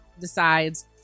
decides